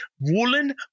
woolen